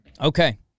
Okay